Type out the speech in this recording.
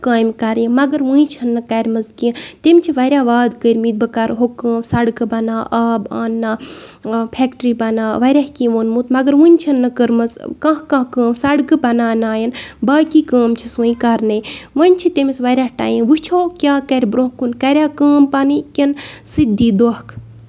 کٲمہِ کَرٕنۍ مَگر وُنہِ چھےٚ نہٕ کٔرِمَژٕ کیٚنٛہہ تِم چھِ واریاہ وادٕ کٔرمٕتۍ بہٕ کَرٕ ہُو کٲم سَڑکہٕ بَناوٕ آب آنناوٕ فٮ۪کٹری بَناوٕ واریاہ کیٚنٛہہ ووٚنمُت مَگر وُنہِ چھَنہٕ کٔرمٔژ کاٛنہہ کانٛہہ کٲم سَڑکہٕ بَنٲونٲوٮ۪ن باقٕے کٲم چھِس وُنہِ کَرنَے وۅنۍ چھُ تٔمِس واریاہ ٹایِم وُچھو کیٛاہ کَرِ برٛونہٛہ کُن کریٛا کٲم پنٕنۍ کِنہٕ سُہ تہِ دِیہِ دوکھٕ